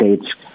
states